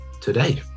today